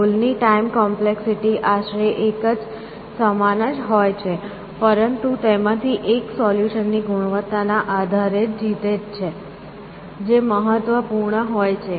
goal ની time complexity આશરે એક સમાન જ હોય છે પરંતુ તેમાંથી એક સોલ્યુશનની ગુણવત્તા ના આધારે જીતે છે જે મહત્વપૂર્ણ હોય છે